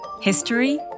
History